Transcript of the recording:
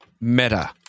meta